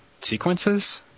sequences